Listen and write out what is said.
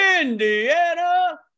Indiana